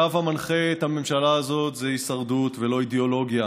הקו המנחה את הממשלה הזאת הוא הישרדות ולא אידיאולוגיה,